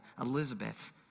Elizabeth